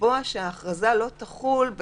לקבוע שההכרזה לא תחול,